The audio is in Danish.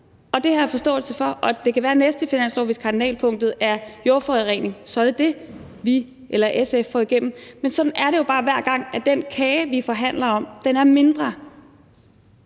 og det har jeg forståelse for. Det kan være, at det i næste finanslov, hvis kardinalpunktet er jordforurening, så er det, SF får igennem. Men sådan er det jo bare hver gang med den kage, vi forhandler om. Den er mindre